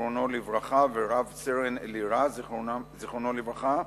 ז"ל ורב-סרן אלירז פרץ ז"ל